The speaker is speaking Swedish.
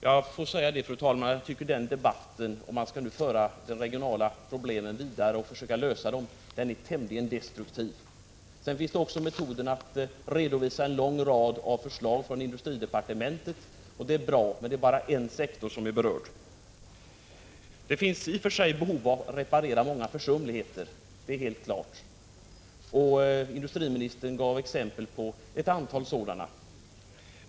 Men, fru talman, om debatten om de regionala problemen skall fortsätta och om man vill försöka lösa de problemen, är en sådan här debatt tämligen destruktiv. En tredje metod är att redovisa en lång rad förslag från industridepartementet. Det är bra att man gör det, men det är ju bara en sektor som berörs. Det har förekommit många försumligheter. Självfallet finns det därför ett behov av att reparera en del. Industriministern gav exempel på ett antal försumligheter.